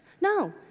No